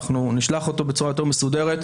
נשלח אותו בצורה יותר מסודרת,